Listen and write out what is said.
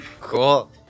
cool